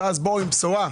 אז באו עם בשורה,